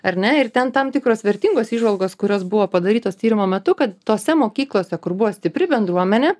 ar ne ir ten tam tikros vertingos įžvalgos kurios buvo padarytos tyrimo metu kad tose mokyklose kur buvo stipri bendruomenė